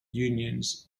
unions